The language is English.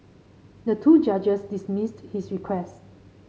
the two judges dismissed his request